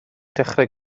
dechrau